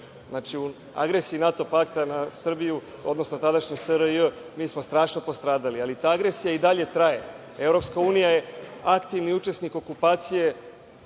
Znači, u agresiji NATO pakta na Srbiju, odnosno tadašnju SRJ mi smo strašno postradali, ali ta agresija i dalje traje. Evropska unija je aktivni učesnik okupacije